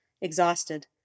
exhausted